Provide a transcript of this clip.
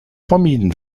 vermieden